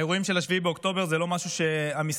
האירועים של 7 באוקטובר זה לא משהו שהמשרד